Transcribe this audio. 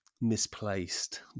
misplaced